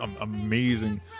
amazing